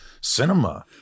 cinema